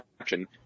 action